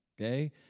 okay